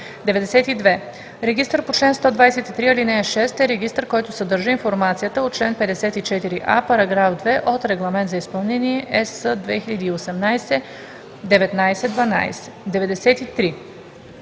92. „Регистър по чл. 123, ал. 6“ е регистър, който съдържа информацията от чл. 54а, параграф 2 от Регламент за изпълнение (EС) 2018/1912. 93.